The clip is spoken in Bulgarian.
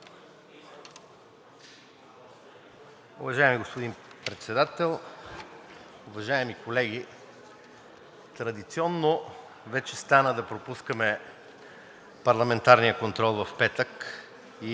Уважаеми господин Председател, уважаеми колеги! Традиционно стана вече да пропускаме парламентарния контрол в петък и